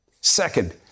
Second